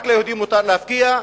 רק ליהודים מותר להפקיע,